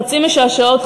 חצי משעשעות,